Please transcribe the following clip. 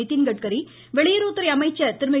நிதின்கட்கரி வெளியுறவுத்துறை அமைச்சர் திருமதி